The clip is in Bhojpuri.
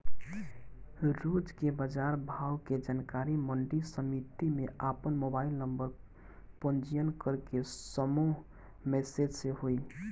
रोज के बाजार भाव के जानकारी मंडी समिति में आपन मोबाइल नंबर पंजीयन करके समूह मैसेज से होई?